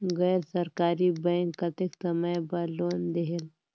गैर सरकारी बैंक कतेक समय बर लोन देहेल?